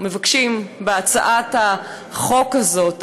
בהצעת החוק הזאת,